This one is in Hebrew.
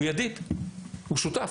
הוא ידיד, הוא שותף.